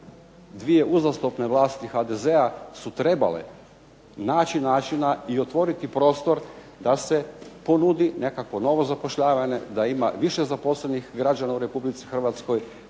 Dvije uzastopne vlasti HDZ-a su trebale naći načina i otvoriti prostor da se ponudi nekakvo novo zapošljavanje, da ima više zaposlenih građana u Republici Hrvatskoj